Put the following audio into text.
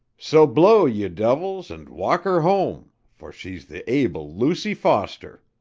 so blow, ye devils, and walk her home for she's the able lucy foster.